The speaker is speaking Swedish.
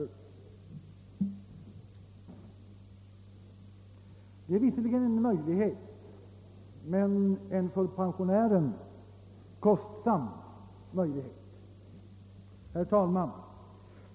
Förtida pensionsuttag är visserligen en möjlighet men en för pensionären kostsam möjlighet. Herr talman!